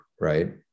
right